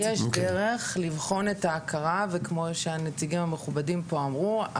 יש דרך לבחון את ההכרה וכמו שהנציגים המכובדים פה אמרו,